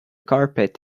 carpet